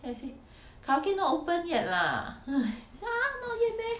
then I say karaoke not open yet lah so ha not open yet meh